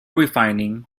refining